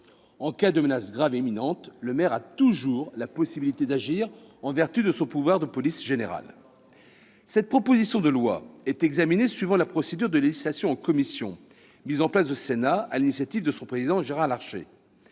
En cas de menace grave et imminente, le maire a toujours la possibilité d'agir en vertu de son pouvoir de police générale. Cette proposition de loi est examinée suivant la procédure de législation en commission, mise en place au Sénat sur l'initiative de son président, Gérard Larcher.